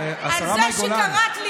זה מה שאת,